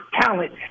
talent